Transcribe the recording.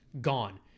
gone